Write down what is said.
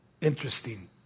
Interesting